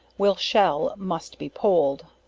will shell must be poled.